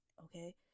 okay